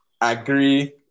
agree